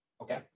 okay